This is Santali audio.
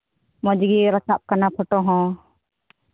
ᱢᱚᱡᱽ ᱜᱮ ᱨᱟᱠᱟᱵ ᱠᱟᱱᱟ ᱯᱷᱚᱴᱳ ᱦᱚᱸ